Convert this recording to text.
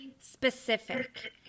specific